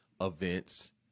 events